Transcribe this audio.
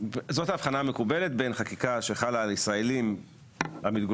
אז זאת ההבחנה המקובלת בין חקיקה שחלה על ישראלים המתגוררים